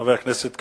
חבר הכנסת כבל,